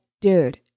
dude